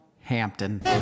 hampton